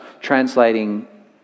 translating